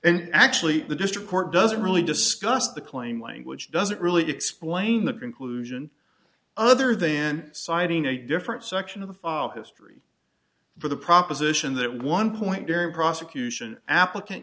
and actually the district court doesn't really discuss the claim language doesn't really explain the conclusion other then citing a different section of the file history for the proposition that one point during prosecution applicant